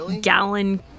gallon